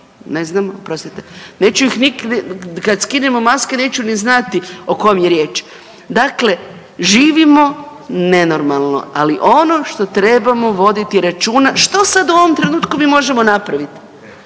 neću ih nikad, kad skinemo maske neću ni znati o kome je riječ. Dakle, živimo nenormalno, ali ono što trebamo voditi računa, što sad u ovom trenutku mi možemo napraviti?